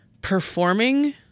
performing